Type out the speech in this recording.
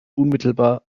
unmittelbar